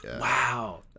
Wow